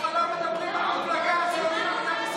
חבר הכנסת יברקן, קריאה שנייה.